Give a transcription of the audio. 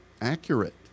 accurate